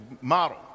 model